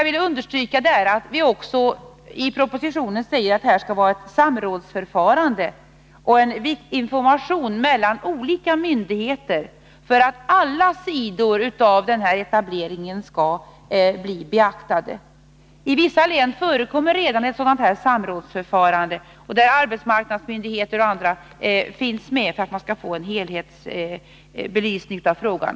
Vi understryker i propositionen att det skall vara ett samrådsförfarande och en information mellan olika myndigheter för att alla sidor av etableringen skall bli beaktade. I vissa län förekommer redan ett samrådsförfarande, där arbetsmarknadsmyndigheter och andra finns med för att vi skall få en helhetsbelysning av frågan.